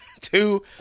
two